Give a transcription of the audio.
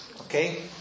Okay